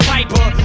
Piper